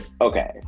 okay